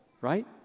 right